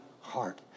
heart